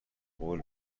قول